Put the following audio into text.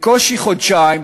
בקושי חודשיים,